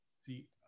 See